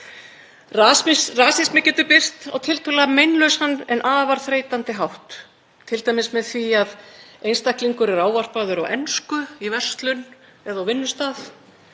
Rasismi getur birst á tiltölulega meinlausan en afar þreytandi hátt, t.d. með því að einstaklingur er ávarpaður á ensku í verslun eða á vinnustað.